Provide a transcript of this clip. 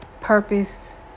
purpose